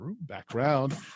background